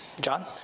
John